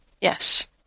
Yes